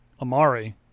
Amari